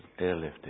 airlifted